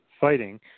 fighting